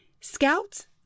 Scouts